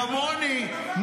כמוני,